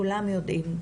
כולם יודעים,